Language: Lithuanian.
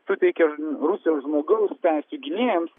suteikia rusijos žmogaus teisių gynėjams